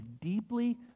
deeply